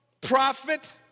profit